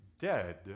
dead